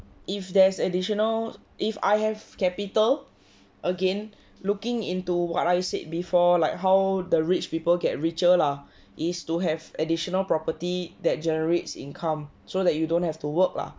if there's additional if I have capital again looking into what I said before like how the rich people get richer lah is to have additional property that generates income so that you don't have to work lah